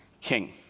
king